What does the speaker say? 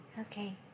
Okay